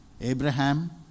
Abraham